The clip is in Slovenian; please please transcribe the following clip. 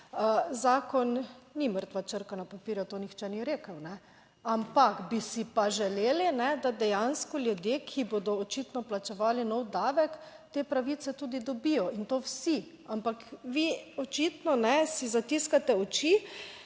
Zakon ni mrtva črka na papirju, to nihče ni rekel. Ampak bi si pa želeli, da dejansko ljudje, ki bodo očitno plačevali nov davek te pravice tudi dobijo in to vsi. Ampak vi očitno si zatiskate oči.